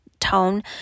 tone